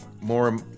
more